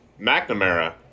McNamara